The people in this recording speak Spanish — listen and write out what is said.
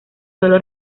solo